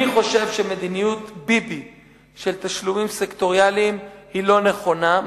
אני חושב שמדיניות ביבי של תשלומים סקטוריאליים היא לא נכונה,